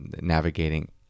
navigating